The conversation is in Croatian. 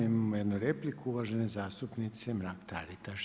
Imamo jednu repliku uvažene zastupnice Mrak-Taritaš.